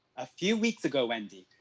a few weeks ago, wendy,